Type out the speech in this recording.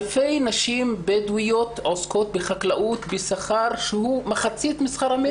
אלפי נשים בדואיות עוסקות בחקלאות בשכר שהוא מחצית משכר המינימום,